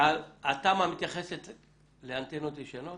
התמ"א מתייחסת לאנטנות ישנות?